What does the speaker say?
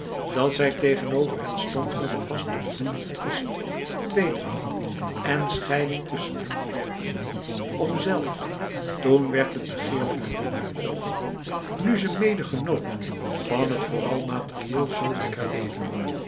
dat zij tegenover hen stond met de vaste bedoeling twist tweedracht en scheiding tussen hen te werpen om zelvebïoch werd het begeerlijker in haar ogen nu ze mede genoot van het vooral materieel zo lekker leven